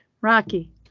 Rocky